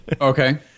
Okay